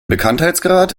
bekanntheitsgrad